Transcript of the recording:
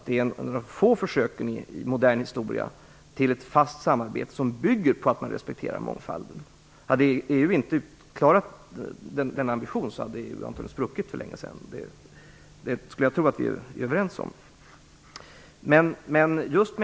Det är ett av de få försöken i modern historia till ett fast samarbete som bygger på att man respekterar mångfalden. Om EU inte hade klarat den ambitionen hade EU förmodligen spruckit för länge sedan. Det tror jag att vi är överens om.